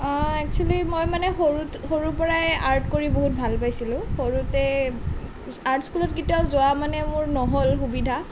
actually মই মানে সৰুতে সৰুৰ পৰাই আৰ্ট কৰি বহুত ভাল পাইছিলোঁ সৰুতে আৰ্ট স্কুলত কেতিয়াও যোৱা মানে মোৰ নহ'ল সুবিধা